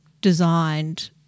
designed